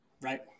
Right